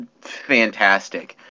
fantastic